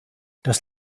das